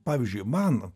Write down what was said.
pavyzdžiui man